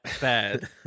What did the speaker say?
bad